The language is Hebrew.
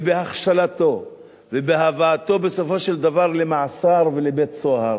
ובהכשלתו ובהבאתו בסופו של דבר למאסר ולבית-סוהר.